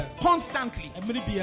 constantly